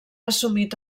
assumit